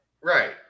Right